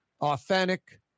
Authentic